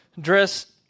dress